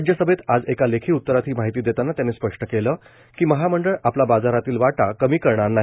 राज्यसभेत आज एका लेखी उत्तरात ही माहिती देताना त्यांनी स्पष्ट केलं की महामंडळ आपला बाजारातील वाटा कमी करणार नाही